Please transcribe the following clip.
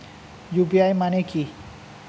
UPI মানে কি?